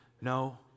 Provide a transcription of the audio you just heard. No